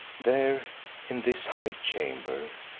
there in this high chamber,